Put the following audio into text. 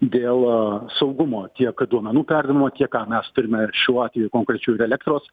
dėl saugumo tiek duomenų perdavimo tiek ką mes turime ir šiuo atveju konkrečiu ir elektros